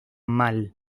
mal